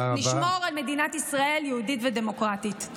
נשמור על מדינת ישראל יהודית ודמוקרטית.